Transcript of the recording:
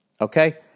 okay